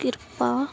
ਕਿਰਪਾ